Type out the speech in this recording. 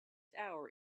hour